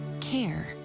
care